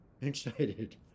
excited